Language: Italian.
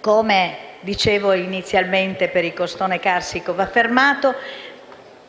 Come dicevo inizialmente per il costone carsico, va fermato